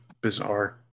bizarre